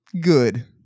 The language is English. Good